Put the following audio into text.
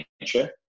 nature